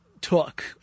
took